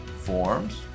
forms